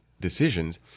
decisions